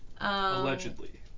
Allegedly